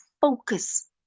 focus